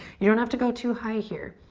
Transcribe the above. you don't have to go too high here.